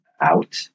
out